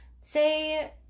say